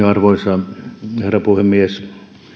arvoisa herra puhemies